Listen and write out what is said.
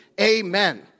Amen